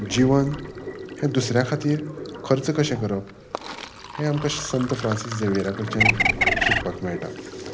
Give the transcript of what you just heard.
जिवन हें दुसऱ्या खातीर खर्च कशें करप हें आमकां संत फ्रांसीस झेविरा कडच्यान शिकपाक मेळटा